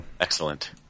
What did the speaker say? Excellent